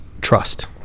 trust